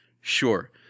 Sure